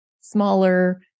smaller